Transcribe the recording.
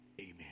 Amen